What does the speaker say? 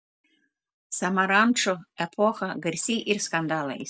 samarančo epocha garsi ir skandalais